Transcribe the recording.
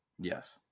Yes